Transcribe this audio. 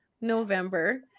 November